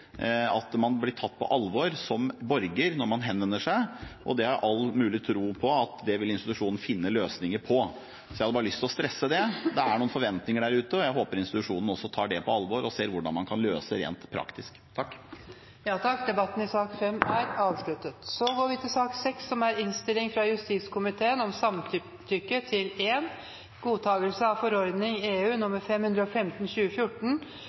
at man blir tatt på alvor som borger når man henvender seg. Det har jeg all mulig tro på at institusjonen vil finne løsninger på. Jeg har bare lyst til å stresse det. Det er noen forventninger der ute, og jeg håper institusjonen også tar det på alvor og ser hvordan man kan løse det rent praktisk. Flere har ikke bedt om ordet til sak nr. 5. Europaparlamentet og Rådet for den europeiske union vedtok 16. april 2014 opprettelse av ordningen for økonomisk støtte til ytre grenser og visum, som en del av